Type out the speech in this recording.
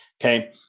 okay